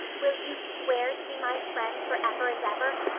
will you swear to be my friend forever and ever?